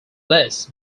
bless